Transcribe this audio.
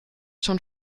schon